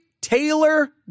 Taylor